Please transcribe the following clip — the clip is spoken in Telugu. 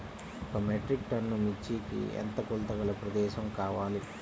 ఒక మెట్రిక్ టన్ను మిర్చికి ఎంత కొలతగల ప్రదేశము కావాలీ?